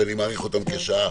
שאני מעריך אותן כשעה.